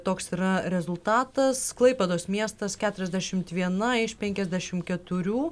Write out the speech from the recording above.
toks yra rezultatas klaipėdos miestas keturiasdešimt viena iš penkiadešimt keturių